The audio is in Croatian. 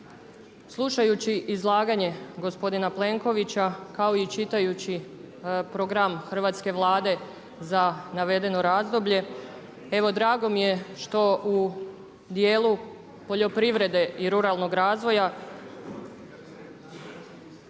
Slušajući izlaganje gospodina Plenkovića kao i čitajući program hrvatske Vlade za navedeno razdoblje, evo drago mi je što u dijelu poljoprivrede i ruralnog razvoja